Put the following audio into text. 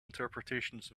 interpretations